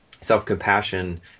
self-compassion